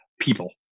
people